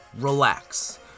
Relax